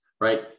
right